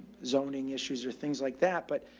zoning issues or things like that. but,